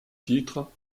titre